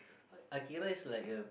Akira is like a